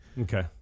Okay